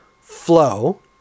flow